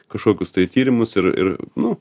kažkokius tai tyrimus ir ir nu